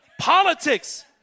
politics